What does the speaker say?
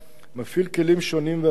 מפעיל כלים שונים ורבים.